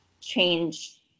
change